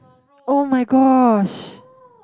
[oh]-my-gosh